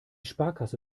sparkasse